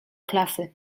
klasy